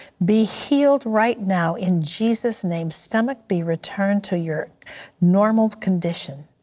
be healed right now in jesus' name, stomach be returned to your normal condition.